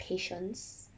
patience